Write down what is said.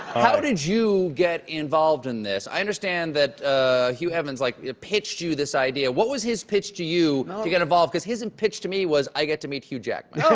how did you get involved in this. i understand that hugh evans like pitched you this idea. what was his pitch to you to get involved because his and pitch to me was, i get to meet hugh jackman.